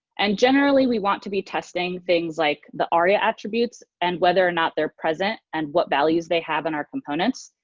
and generally we want to be testing things like the aria attributes and whether or not they're present and what values they have in our components,